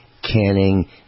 Canning